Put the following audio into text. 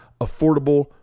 affordable